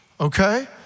okay